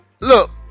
look